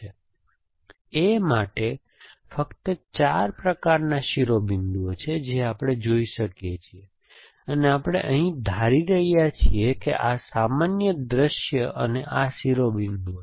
A માટે ફક્ત 4 પ્રકારના શિરોબિંદુઓ છે જે આપણે જોઈ શકીએ છીએ અને આપણે અહીં ધારી રહ્યા છીએ કે આ સામાન્ય દૃશ્યો અને આ શિરોબિંદુઓ છે